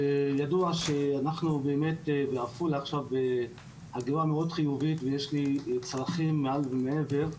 ידוע שאנחנו באמת בעפולה עכשיו בהגירה מאוד חיובית ויש צרכים מעל ומעבר.